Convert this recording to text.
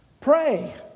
pray